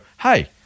hey